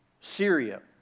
Syria